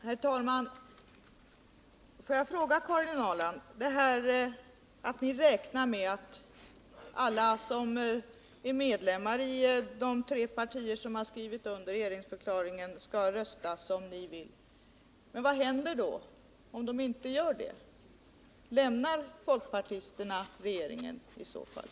Herr talman! Ni räknar med att alla som är medlemmar i de tre partier som skrivit under regeringsförklaringen skall rösta som ni vill. Men får jag fråga Karin Ahrland: Vad händer då om de inte gör det? Lämnar folkpartisterna regeringen i så fall?